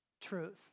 truth